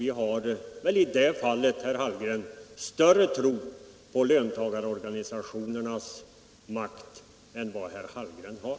Vi har i det fallet större tilltro till löntagarorganisationernas makt än vad herr Hallgren har.